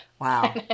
Wow